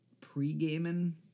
pre-gaming